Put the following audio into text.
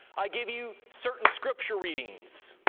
i give you certain scripture readings,